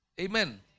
amen